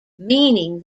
meaning